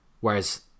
whereas